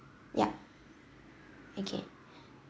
yup okay